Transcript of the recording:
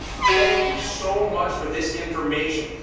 thank you so much for this information.